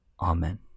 Amen